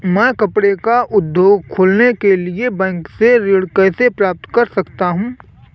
मैं कपड़े का उद्योग खोलने के लिए बैंक से ऋण कैसे प्राप्त कर सकता हूँ?